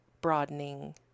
Broadening